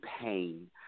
pain